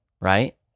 right